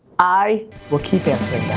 i will keep and